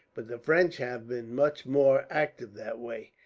but the french have been much more active that way.